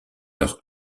leur